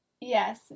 Yes